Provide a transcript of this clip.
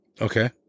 Okay